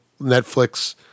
Netflix